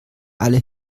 alle